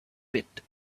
pit